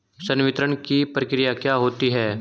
संवितरण की प्रक्रिया क्या होती है?